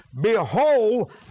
behold